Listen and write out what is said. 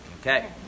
Okay